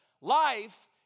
Life